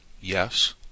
Yes